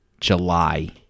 july